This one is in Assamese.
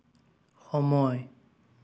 সময়